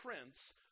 prince